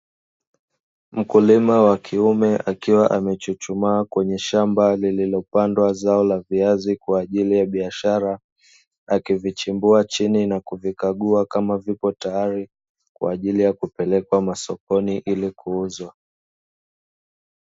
Mkulima wa kiume akiwa amechuchumaa kwenye shamba lililopandwa zao la viazi, kwa ajili ya biashara akivichimbua chini na kuvikagua kama vipo tayari kwa ajili ya kupelekwa masokoni ili kuuzwa.